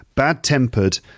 Bad-tempered